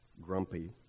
grumpy